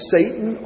Satan